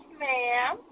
ma'am